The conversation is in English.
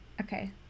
Okay